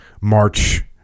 march